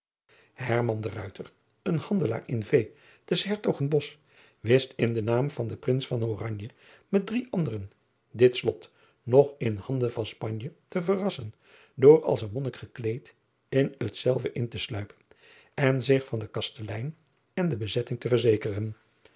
een handelaar in vee te s ertogenbosch wist in den naam van den rins van ranje met drie anderen dit lot nog in handen van panje te verrassen door als een monnik gekleed in hetzelve in te sluipen en zich van den kastelein en de bezetting te verzekeren